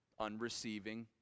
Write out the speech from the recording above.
unreceiving